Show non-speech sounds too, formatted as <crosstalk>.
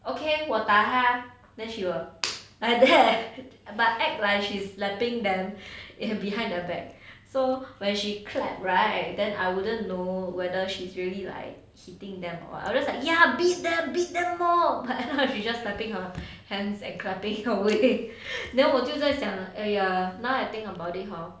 okay 我打他 then she will <noise> like that but act like she's slapping them in behind their back so when she clapped right then I wouldn't know whether she's really like hitting them or what I just like ya beat them beat them more <laughs> she just slapping hands and clapping away <laughs> then 我就在想 !aiya! now I think about it hor